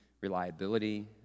reliability